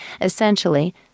Essentially